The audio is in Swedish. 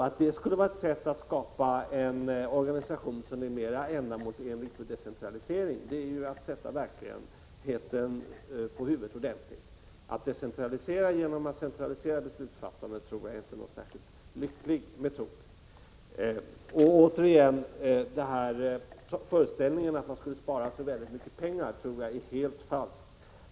Att detta skulle vara ett sätt att skapa en organisation som är mer ändamålsenlig för decentralisering är att sätta verkligheten på huvudet. Att decentralisera genom att centralisera beslutsfattandet är knappast någon särskilt lycklig metod. Föreställningen att man skulle spara så mycket pengar tror jag är helt igenom falsk.